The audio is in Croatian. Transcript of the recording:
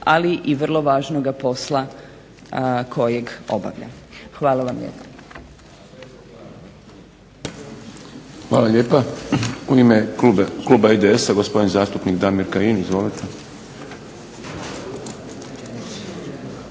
ali i vrlo važnoga posla kojeg obavlja. Hvala vam lijepa. **Šprem, Boris (SDP)** Hvala lijepa. U ime Kluba IDS-a gospodin zastupnik Damir Kajin. Izvolite.